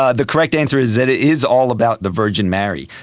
ah the correct answer is that it is all about the virgin mary.